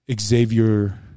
Xavier